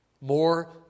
More